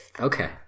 Okay